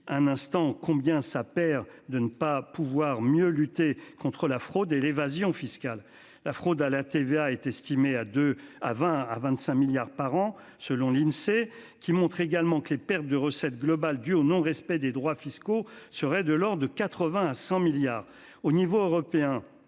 un instant combien ça perd de ne pas pouvoir mieux lutter contre la fraude et l'évasion fiscale. La fraude à la TVA est estimé à deux à 20 à 25 milliards par an selon l'Insee, qui montre également que les pertes de recettes globales dues au non respect des droits fiscaux seraient de or, de 80 à 100 milliards au niveau européen.